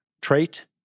trait